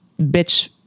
bitch